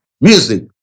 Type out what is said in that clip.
music